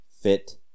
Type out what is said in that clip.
fit